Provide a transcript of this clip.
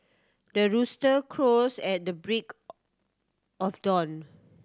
the rooster crows at the break of dawn